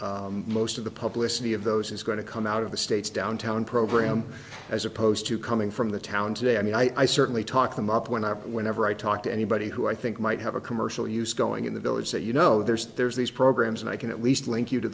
understood most of the published the of those is going to come out of the states downtown program as opposed to coming from the town today i mean i certainly talk them up when i've whenever i talk to anybody who i think might have a commercial use going in the village say you know there's there's these programs and i can at least link you to